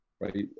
right